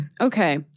okay